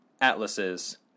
atlases